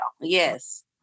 Yes